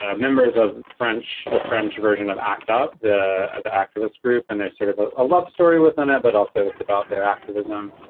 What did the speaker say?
ah members of french. the french version of act up the the activist group. and there's sort of ah a love story within it, but also it's about their activism.